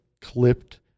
clipped